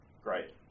Great